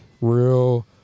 Real